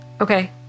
Okay